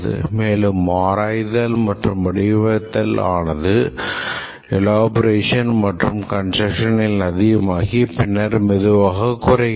மேலும் ஆராய்தல் மற்றும் வடிவமைத்தல் ஆனது எலோபரேஷன் மற்றும் கன்ஸ்டரக்ஷன் அதிகமாகி பின்னர் மெதுவாக குறைகிறது